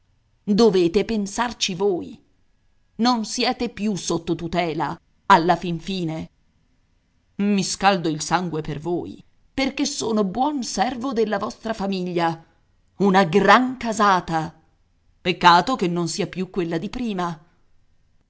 dovete pensarci voi non siete più sotto tutela alla fin fine i scaldo il sangue per voi perché sono buon servo della vostra famiglia una gran casata peccato che non sia più quella di prima